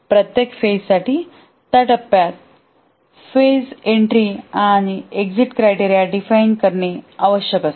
तर प्रत्येक फेजसाठी त्या टप्प्यात फेजएन्ट्री आणि एक्झिट क्रायटेरिया डिफाइन करणे आवश्यक असते